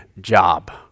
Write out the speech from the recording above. job